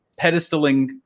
pedestaling